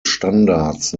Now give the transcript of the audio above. standards